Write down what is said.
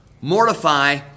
mortify